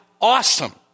awesome